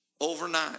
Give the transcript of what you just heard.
overnight